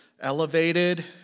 elevated